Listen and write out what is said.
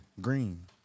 Green